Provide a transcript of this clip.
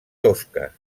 tosca